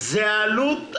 אלא עלות המעסיק.